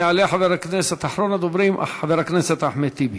יעלה אחרון הדוברים, חבר הכנסת אחמד טיבי.